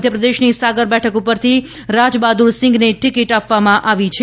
મધ્યપ્રદેશની સાગર બેઠક પરથી રાજબહાદુર સિંગને ટિકીટ આપવામાં આવી છે